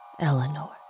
Eleanor